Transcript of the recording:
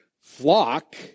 flock